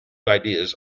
ideas